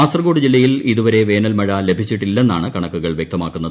കാസർകോഡ് ജില്ലയിൽ ഇതുവരെ വേനൽമഴ ലഭിച്ചിട്ടില്ലെന്നാണ് കണക്കുകൾ വ്യക്തമാക്കുന്നത്